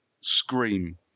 Scream